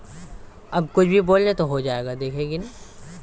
vertical farming মানে হচ্ছে ঊর্ধ্বাধ চাষ যেখানে আধুনিক ভাবে স্তরে চাষ করা হয়